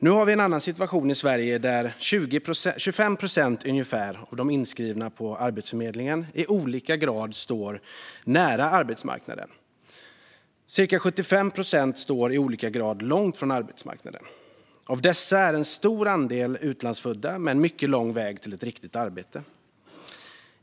Nu har vi en annan situation i Sverige. Ungefär 25 procent av de inskrivna på Arbetsförmedlingen står i olika grad nära arbetsmarknaden. Cirka 75 procent står i olika grad långt från arbetsmarknaden. Av dessa är en stor andel utlandsfödda med en mycket lång väg till ett riktigt arbete.